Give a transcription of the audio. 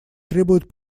требуют